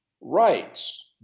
rights